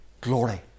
glory